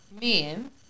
men